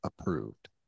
approved